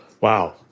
Wow